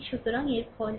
সুতরাং এর ফল এই